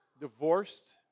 divorced